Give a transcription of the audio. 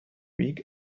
week